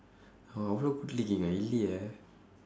அவன் ஒன்னு:avan onnu இல்லையே:illaiyee